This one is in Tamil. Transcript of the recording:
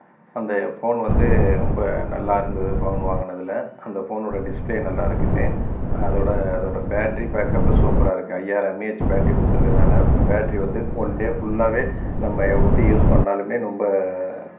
அந்த ஃபோன் வந்து ரொம்ப நல்லா இருந்தது ஃபோன் வாங்கினதுல அந்த ஃபோனோடய டிஸ்ப்ளே நல்லா இருக்குது அதோடய அதோடய பேட்ரி பேக்கப்பு சூப்பராக இருக்குது ஐயாயிரம் எம்ஏஹச் பேட்ரி கொடுத்துருக்கறதுனால பேட்ரி வந்து ஒன் டே புல்லாகவே நம்ம எப்படி யூஸ் பண்ணிணாலும் ரொம்ப